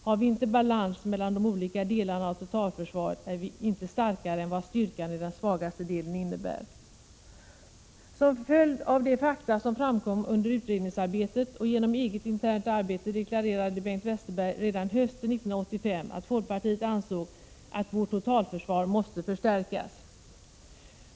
Har vi inte balans mellan de olika delarna av totalförsvaret är vi inte starkare än styrkan i den svagaste delen. Som en följd av de fakta som framkom under utredningsarbetet och genom eget internt arbete deklarerade Bengt Westerberg redan hösten 1985 att folkpartiet ansåg att vårt totalförsvar måste förstärkas.